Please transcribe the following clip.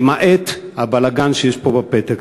למעט הבלגן שיש פה בפתק.